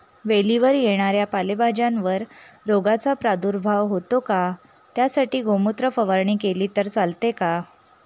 वेलीवर येणाऱ्या पालेभाज्यांवर रोगाचा प्रादुर्भाव होतो का? त्यासाठी गोमूत्र फवारणी केली तर चालते का?